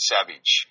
Savage